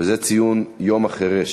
וזה ציון יום החירש,